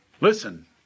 Listen